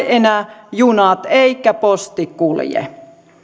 enää junat eikä posti kulje